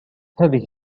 هذه